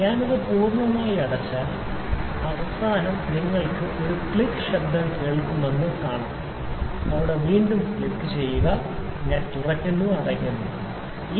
ഞാൻ അത് പൂർണ്ണമായും അടച്ചാൽ അവസാനം നിങ്ങൾ ഒരു ക്ലിക്ക് ശബ്ദം കേൾക്കുമെന്ന് നിങ്ങൾ കാണും അവിടെ വീണ്ടും ക്ലിക്കുചെയ്യുക ഞാൻ തുറക്കുന്നു വീണ്ടും ഞാൻ അടയ്ക്കുന്നു ക്ലിക്ക്